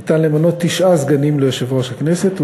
ניתן למנות תשעה סגנים ליושב-ראש הכנסת.